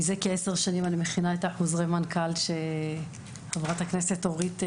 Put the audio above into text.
מזה כעשר שנים אני מכינה את חוזרי המנכ"ל שחברת הכנסת אורית ציטטה.